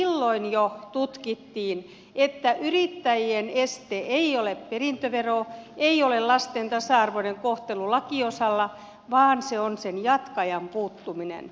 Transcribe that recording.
silloin jo tutkittiin että yrittäjien este ei ole perintövero ei ole lasten tasa arvoinen kohtelu lakiosalla vaan se on sen jatkajan puuttuminen